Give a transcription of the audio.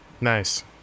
Nice